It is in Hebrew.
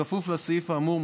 בכפוף לסעיף האמור,